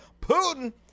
putin